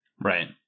Right